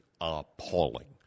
appalling